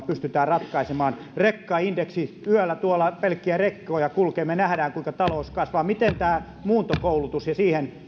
pystytään ratkaisemaan rekkaindeksi yöllä tuolla pelkkiä rekkoja kulkee me näemme kuinka talous kasvaa miten on tämän muuntokoulutuksen ja siihen